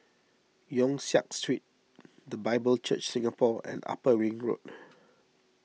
Yong Siak Street the Bible Church Singapore and Upper Ring Road